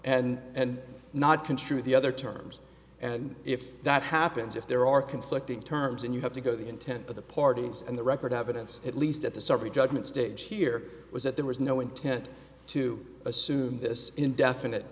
term and not construe the other terms and if that happens if there are conflicting terms and you have to go the intent of the parties and the record evidence at least at the summary judgment stage here was that there was no intent to assume this indefinite